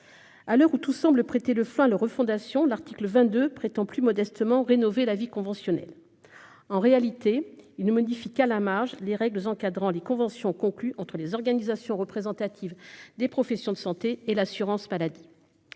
à l'heure où tout semble prêter le flanc le refondation l'article 22 prétend plus modestement rénover la vie conventionnelle, en réalité il ne modifie qu'à la marge les règles encadrant les conventions conclues entre les organisations représentatives des professions de santé et l'assurance maladie,